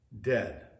dead